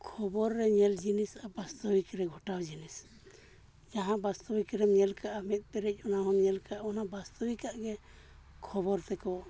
ᱠᱷᱚᱵᱚᱨ ᱨᱮ ᱧᱮᱞ ᱡᱤᱱᱤᱥ ᱟᱨ ᱵᱟᱥᱛᱚᱵᱤᱠ ᱨᱮ ᱜᱷᱚᱴᱟᱣ ᱡᱤᱱᱤᱥ ᱡᱟᱦᱟᱸ ᱵᱟᱥᱛᱚᱵᱤᱠ ᱨᱮᱢ ᱧᱮᱞ ᱠᱟᱜᱼᱟ ᱢᱮᱫ ᱯᱮᱨᱮᱡ ᱚᱱᱟ ᱵᱚᱱ ᱧᱮᱞ ᱠᱟᱜᱼᱟ ᱚᱱᱟ ᱵᱟᱥᱛᱚᱵᱤᱠ ᱟᱜ ᱜᱮ ᱠᱷᱚᱵᱚᱨ ᱛᱮᱠᱚ